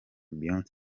beyonce